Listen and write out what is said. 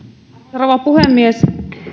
rouva puhemies